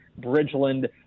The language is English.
Bridgeland